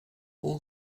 all